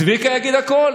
צביקה יגיד הכול,